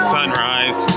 Sunrise